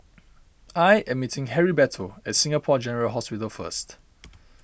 I am meeting Heriberto at Singapore General Hospital first